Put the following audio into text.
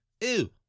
Ew